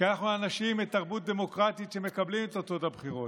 כי אנחנו אנשים מתרבות דמוקרטית שמקבלים את תוצאות הבחירות.